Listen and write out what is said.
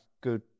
good